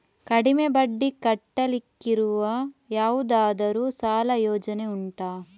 ಕಡಿಮೆ ಬಡ್ಡಿ ಕಟ್ಟಲಿಕ್ಕಿರುವ ಯಾವುದಾದರೂ ಸಾಲ ಯೋಜನೆ ಉಂಟಾ